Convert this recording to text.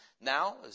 now